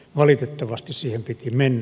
valitettavasti siihen piti mennä